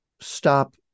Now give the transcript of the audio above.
stop